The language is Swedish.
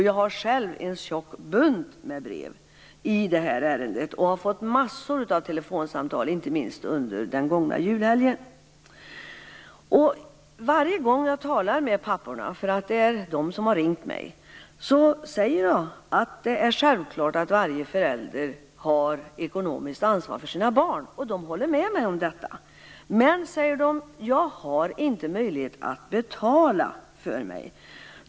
Jag har själv en tjock bunt med brev i detta ärendet och jag har fått massor av telefonsamtal, inte minst under den gångna julhelgen. Varje gång jag talar med en pappa säger jag att det är självklart att varje förälder har ekonomiskt ansvar för sina barn, och alla pappor håller med mig om detta. Men de har ingen möjlighet att betala för sig.